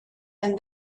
and